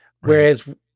Whereas